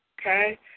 Okay